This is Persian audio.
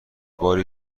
باری